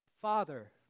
Father